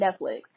Netflix